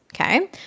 Okay